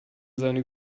seine